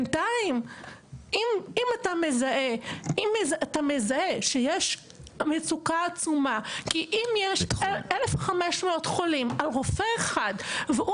אם אתה מזהה שיש מצוקה עצומה כי אם יש 1,500 חולים על רופא אחד והוא